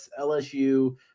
LSU